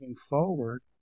forward